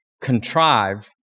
contrive